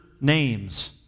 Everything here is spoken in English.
names